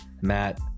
matt